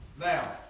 now